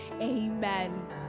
amen